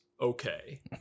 Okay